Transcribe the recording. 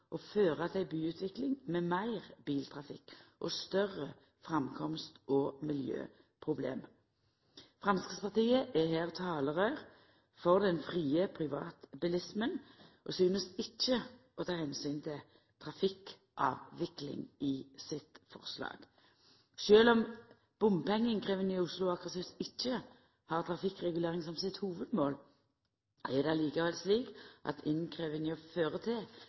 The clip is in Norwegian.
og føra til ei byutvikling med meir biltrafikk og større framkomst- og miljøproblem. Framstegspartiet er her talerøyr for den frie privatbilismen og synest ikkje å ta omsyn til trafikkavvikling i sitt forslag. Sjølv om bompengeinnkrevjinga i Oslo ikkje har trafikkregulering som sitt hovudmål, er det likevel slik at innkrevjinga fører til